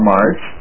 March